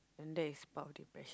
and that is part of depression